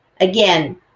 again